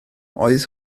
oedd